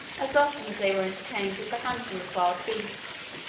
as often as they were entertained with the hunting of wild beasts,